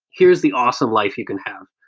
here's the awesome life you can have.